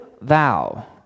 thou